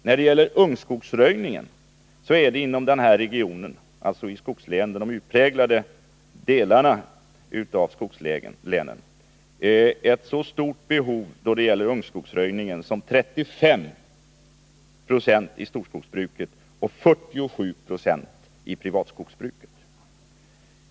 När det gäller ungskogsröjning är det inom den här regionen, dvs. de utpräglade skogsområdena, ett så stort behov som 35 26 inom storskogsbruket och 47 9o inom privatskogsbruket.